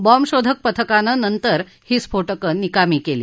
bomb शोधक पथकानं नंतर ही स्फोटकं निकामी केली